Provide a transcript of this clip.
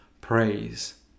praise